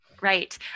Right